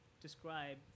describe